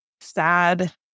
sad